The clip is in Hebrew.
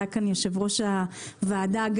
היה כאן יושב-ראש הוועדה,